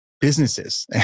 businesses